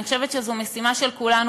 אני חושבת שזו משימה של כולנו,